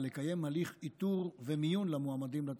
ולקיים הליך איתור ומיון למועמדים לתפקיד.